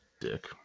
dick